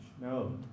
No